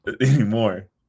anymore